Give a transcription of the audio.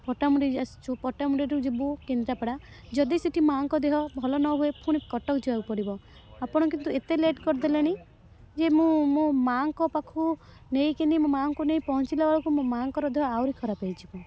ପଟାମୁଣ୍ଡେଇ ଆସିଛୁ ପଟାମୁଣ୍ଡେଇରୁ ଯିବୁ କେନ୍ଦ୍ରାପଡ଼ା ଯଦି ସେଠି ମା'ଙ୍କ ଦେହ ଭଲ ନହୁଏ ଫୁଣି କଟକ ଯିବାକୁ ପଡ଼ିବ ଆପଣ କିନ୍ତୁ ଏତେ ଲେଟ୍ କରିଦେଲେଣି ଯେ ମୁଁ ମୋ ମାଙ୍କ ପାଖକୁ ନେଇକରି ମୋ ମା'ଙ୍କୁ ନେଇ ପହଞ୍ଚିଲା ବେଳକୁ ମୋ ମା'ଙ୍କ ଦେହ ଆହୁରି ଖରାପ ହୋଇଯିବ